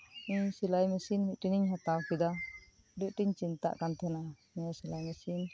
ᱤᱧ ᱥᱮᱞᱟᱭ ᱢᱮᱥᱤᱱ ᱢᱤᱫ ᱴᱮᱱ ᱤᱧ ᱦᱟᱛᱟᱣ ᱠᱮᱫᱟ ᱟᱹᱰᱤ ᱟᱴᱤᱧ ᱪᱤᱱᱛᱟᱜ ᱠᱟᱱ ᱛᱟᱦᱮᱸᱫᱼᱟ ᱱᱤᱭᱟᱹ ᱥᱮᱞᱟᱭ ᱢᱮᱥᱤᱱ